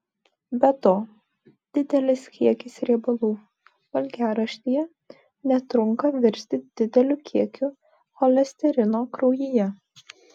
be to didelis kiekis riebalų valgiaraštyje netrunka virsti dideliu kiekiu cholesterino kraujyje